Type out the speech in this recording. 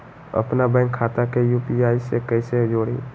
अपना बैंक खाता के यू.पी.आई से कईसे जोड़ी?